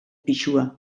pisua